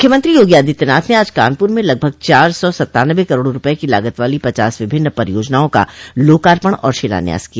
मुख्यमंत्री योगी आदित्यनाथ ने आज कानपुर में लगभग चार सौ सत्तान्नबे करोड़ रूपये की लागत वाली पचास विभिन्न परियोजनाओं का लोकार्पण और शिलान्यास किया